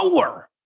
power